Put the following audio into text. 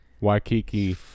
Waikiki